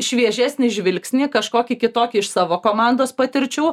šviežesnį žvilgsnį kažkokį kitokį iš savo komandos patirčių